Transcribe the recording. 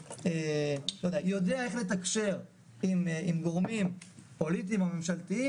שיודע יותר איך לתקשר עם גורמים פוליטיים או ממשלתיים,